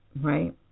right